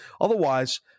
Otherwise